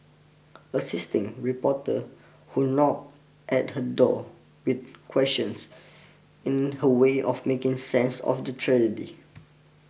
assisting reporter who knock at her door with questions in her way of making sense of the tragedy